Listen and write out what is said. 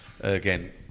again